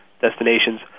destinations